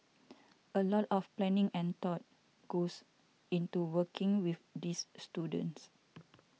a lot of planning and thought goes into working with these students